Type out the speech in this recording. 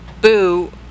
Boo